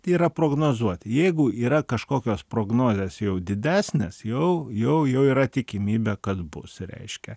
yra prognozuoti jeigu yra kažkokios prognozės jau didesnės jau jau jau yra tikimybė kad bus reiškia